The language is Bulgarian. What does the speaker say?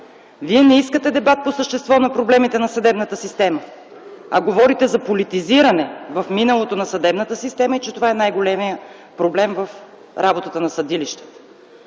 Вие не искате дебат по същество на проблемите на съдебната система, а говорите за политизиране в миналото на съдебната система и че това е най-големият проблем в работата на съдилищата.